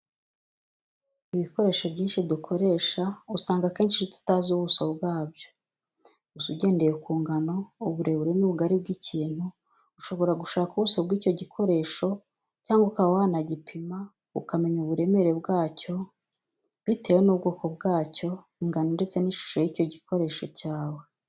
Ibikoresho byinshi dukoresha usanga kenshi tutazi ubuso bwabyo, gusa ugendeye ku ngano, uburebure n'ubugari bw'ikintu ushobora gushaka ubuso bw'icyo gikoresho cyangwa ukuba wanagipima ukamenya uburemere bwacyo bitewe n'ubwoko bwacyo, ingano ndetse n'ishusho y'icyo gikoresho cyawe.